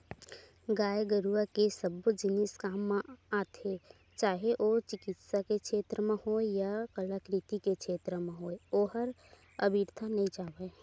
गाय गरुवा के सबो जिनिस काम म आथे चाहे ओ चिकित्सा के छेत्र म होय या कलाकृति के क्षेत्र म होय ओहर अबिरथा नइ जावय